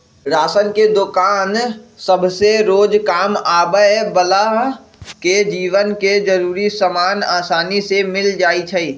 ration के दोकान सभसे रोजकाम आबय बला के जीवन के जरूरी समान असानी से मिल जाइ छइ